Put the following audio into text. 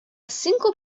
single